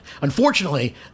Unfortunately